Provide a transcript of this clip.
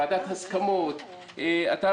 ועדת הסכמות אתה,